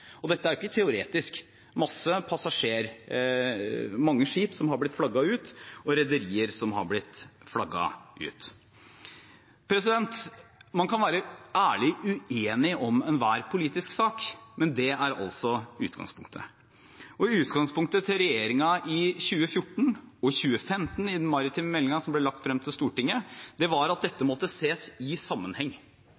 Og dette er ikke teoretisk; mange skip er blitt flagget ut, og rederier har flagget ut. Man kan være ærlig uenig om enhver politisk sak, men det er altså utgangspunktet. Og utgangspunktet til regjeringen i 2014 og i 2015, i den maritime meldingen som ble lagt frem for Stortinget, var at dette